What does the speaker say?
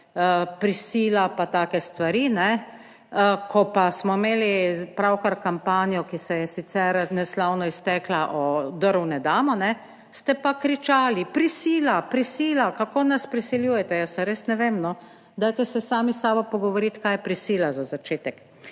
Prisila pa take stvari, kajne, ko pa smo imeli pravkar kampanjo, ki se je sicer neslavno iztekla, drv ne damo, kajne, ste pa kričali prisila, prisila, kako nas prisiljujete? Jaz res ne vem, no, dajte se sami s sabo pogovoriti, kaj je prisila za začetek.